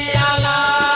da da